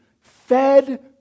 fed